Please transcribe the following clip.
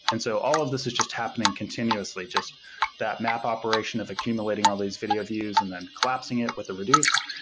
and so all of these is just happening continuously, just that map operation of accumulating all these video views, and then collapsing it with the reduce,